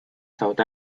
south